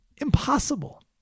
impossible